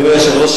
אדוני היושב-ראש,